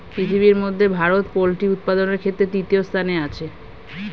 পৃথিবীর মধ্যে ভারত পোল্ট্রি উপাদানের ক্ষেত্রে তৃতীয় স্থানে আছে